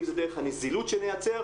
אם זה דרך הנזילות שנייצר,